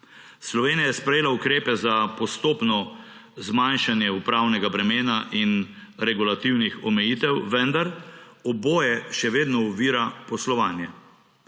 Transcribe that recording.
Slovenija je sprejela ukrepe za postopno zmanjšanje upravnega bremena in regulativnih omejitev, vendar oboje še vedno ovira poslovanje.